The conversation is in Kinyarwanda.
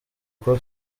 kuko